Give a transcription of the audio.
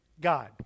God